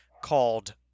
called